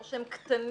או שהן קטנות,